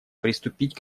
приступить